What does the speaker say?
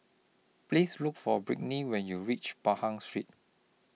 Please Look For Britny when YOU REACH Pahang Street